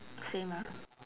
same ah